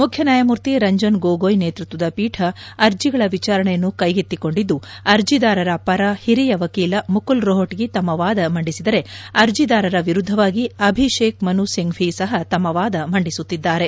ಮುಖ್ಯ ನ್ಯಾಯಮೂರ್ತಿ ರಂಜನ್ ಗೋಗೋಯ್ ನೇತೃತ್ವದ ಪೀಠ ಅರ್ಜಿಗಳ ವಿಚಾರಣೆಯನ್ನು ಕೈಗೆತ್ತಿಕೊಂಡಿದ್ದು ಅರ್ಜಿದಾರರ ಪರ ಹಿರಿಯ ವಕೀಲ ಮುಕುಲ್ ರೋಹಣಗಿ ತಮ್ಮ ವಾದ ಮಂಡಿಸಿದರೆ ಅರ್ಜಿದಾರರ ವಿರುದ್ದವಾಗಿ ಅಭಿಷೇಕ್ ಮನು ಸಿಂಘ್ಲಿ ಸಹ ತಮ್ಮ ವಾದ ಮಿಂದಿಸುತ್ತಿದ್ದಾರೆ